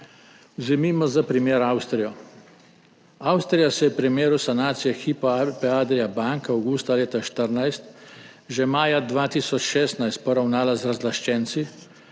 Vzemimo za primer Avstrijo. Avstrija se je v primeru sanacije banke Hypo Alpe Adria avgusta leta 2014 že maja 2016 poravnala z razlaščenci,